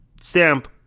stamp